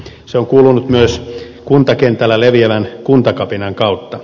se on kuulunut myös kuntakentällä leviävän kuntakapinan kautta